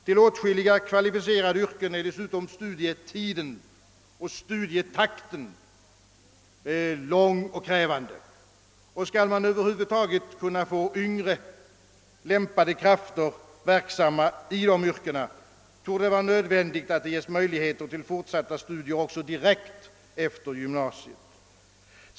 För åtskilliga kvalificerade yrken är dessutom studietiden lång och studietakten krävande, och skall man över huvud taget kunna få yngre lämpliga krafter verksamma i dessa yrken, torde det vara nödvändigt att de ges möjligheter till fortsatta studier också direkt efter gymnasiet.